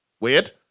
weird